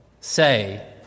say